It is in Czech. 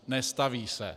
Nestaví se.